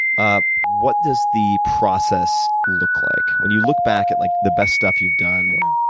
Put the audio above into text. ah what does the process look like? when you look back at like the best stuff you've done,